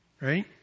right